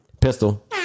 Pistol